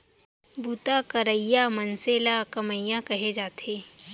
बूता करइया मनसे ल कमियां कहे जाथे